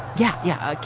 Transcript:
yeah. yeah.